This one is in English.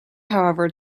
however